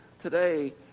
today